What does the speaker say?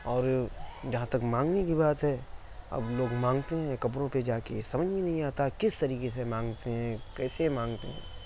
اور جہاں تک مانگنے کی بات ہے اب لوگ مانگتے ہیں قبروں پہ جا کے سمجھ میں نہیں آتا کس طریقے سے مانگتے ہیں کیسے مانگتے ہیں